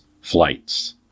flights